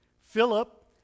Philip